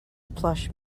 plush